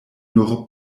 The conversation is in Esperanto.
nur